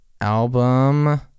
album